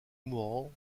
mourant